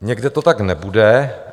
Někde to tak nebude.